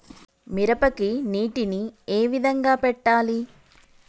మిరపకి నీటిని ఏ విధంగా పెట్టాలి?